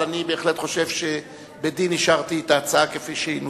אבל אני בהחלט חושב שבדין אישרתי את ההצעה כפי שהיא נוסחה.